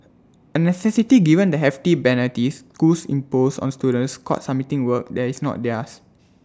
A necessity given the hefty penalties schools impose on students caught submitting work that is not theirs